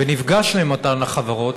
ונפגשנו עם אותן החברות,